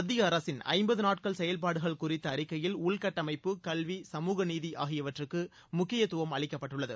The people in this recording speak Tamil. மத்திய அரசின் ஐம்பது நாட்கள் செயல்பாடுகள் குறித்த அறிக்கையில் உள்கட்டமைப்பு கல்வி சமூகநீதி ஆகியவற்றுக்கு முக்கியத்துவம் அளிக்கப்பட்டுள்ளது